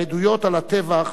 העדויות על הטבח